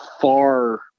far